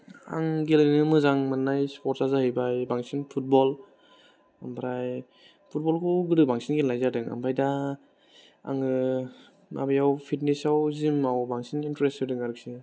आं गेलेनो मोजां मोननाय स्पर्टसा जाहैबाय बांसिन फुतबल ओमफ्राय फुतबलखौ गोदो बांसिन गेलेनाय जादों ओमफ्राय दा आङो माबायाव फितनेसाव जिमाव बांसिन इनत्रेस होदों आरोखि